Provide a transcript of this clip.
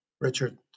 Richard